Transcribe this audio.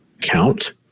count